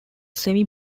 semi